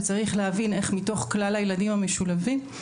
צריך להבין איך מכלל הילדים המשולבים,